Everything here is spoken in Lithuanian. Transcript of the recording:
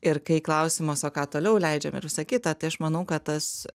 ir kai klausimas o ką toliau leidžiam ir visa kita tai aš manau kad tas